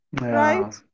Right